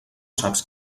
saps